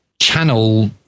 channel